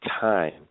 time